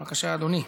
בבקשה, אדוני.